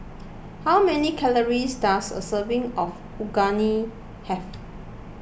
how many calories does a serving of Unagi have